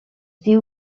diu